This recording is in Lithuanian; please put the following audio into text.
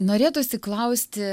norėtųsi klausti